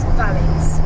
valleys